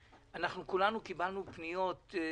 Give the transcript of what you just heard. אנחנו כולנו קיבלנו פניות.